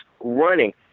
running